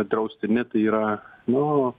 draustini tai yra nu